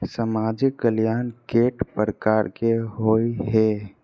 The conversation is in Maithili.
सामाजिक कल्याण केट प्रकार केँ होइ है?